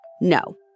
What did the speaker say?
No